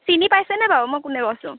চিনি পাইছে নাই বাৰু মই কোনে কৈছোঁ